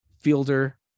Fielder